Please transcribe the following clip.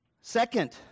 Second